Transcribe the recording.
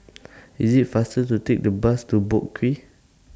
IS IT faster to Take The Bus to Boat Quay